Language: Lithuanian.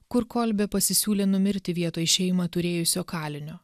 kur kolbė pasisiūlė numirti vietoj šeimą turėjusio kalinio